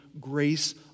grace